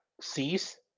Cease